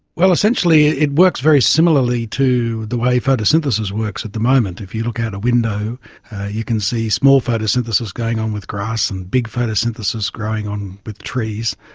well, essentially it works very similarly to the way photosynthesis works at the moment. if you look out a window you can see small photosynthesis going on with grass and big photosynthesis going on with trees.